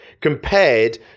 compared